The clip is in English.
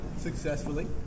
successfully